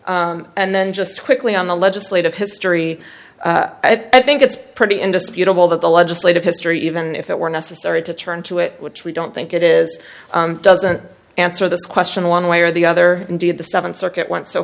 and then just quickly on the legislative history i think it's pretty indisputable that the legislative history even if it were necessary to turn to it which we don't think it is doesn't answer this question one way or the other indeed the seventh circuit went so